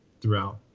throughout